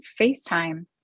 FaceTime